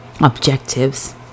objectives